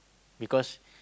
because